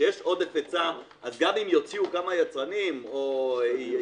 כשיש עודף היצע אז גם אם יוציאו כמה יצרנים או יעשו